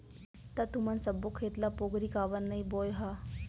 त तुमन सब्बो खेत ल पोगरी काबर नइ बोंए ह?